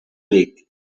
vic